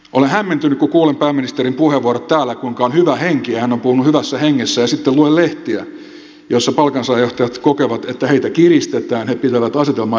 olen hämmentynyt kun kuulen pääministerin puheenvuorot täällä kuinka on hyvä henki ja hän on puhunut hyvässä hengessä ja sitten luen lehtiä joissa palkansaajajohtajat kokevat että heitä kiristetään ja pitävät asetelmaa ennenkuulumattomana